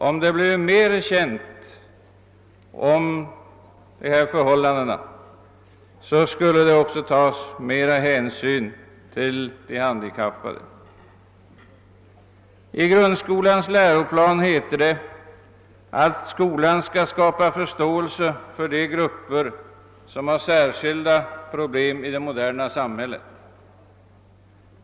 Om förhållandena bleve mer kända skulle det också tas mera hänsyn till de handikappade. I grundskolans läroplan heter det att »skolan skall skapa förståelse för de grupper som har särskilda problem i det moderna samhället».